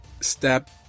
step